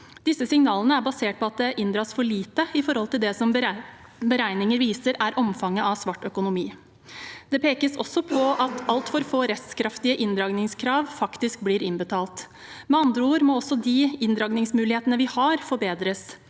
Disse signalene er basert på at det inndras for lite i forhold til det som beregninger viser er omfanget av svart økonomi. Det pekes også på at altfor få rettskraftige inndragningskrav faktisk blir innbetalt. Med andre ord må også de inndragningsmulighetene vi har, forbedres.